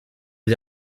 les